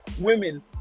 women